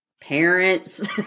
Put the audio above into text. Parents